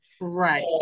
right